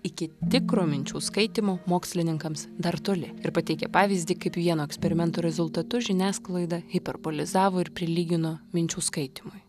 iki tikro minčių skaitymo mokslininkams dar toli ir pateikė pavyzdį kaip vieno eksperimento rezultatus žiniasklaida hiperbolizavo ir prilygino minčių skaitymui